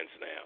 now